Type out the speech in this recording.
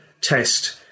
test